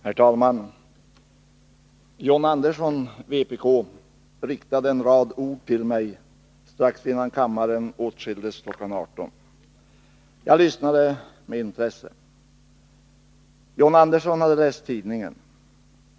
Herr talman! John Andersson, vpk, riktade en rad ord till mig strax innan kammaren åtskildes kl. 18. Jag lyssnade med intresse. John Andersson hade läst tidningen.